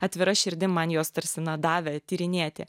atvira širdim man jos tarsi na davė tyrinėti